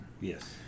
Yes